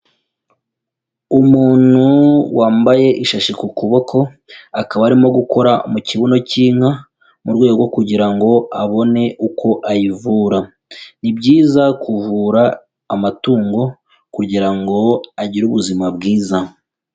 Umuntu wambaye ishashi ku kuboko, akaba arimo gukora mu kibuno cy'inka, mu rwego rwo kugira ngo abone uko ayivura. Ni byiza kuvura amatungo kugira ngo agire ubuzima bwiza.